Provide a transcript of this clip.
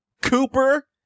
cooper